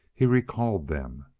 he recalled them.